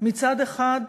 מצד אחד,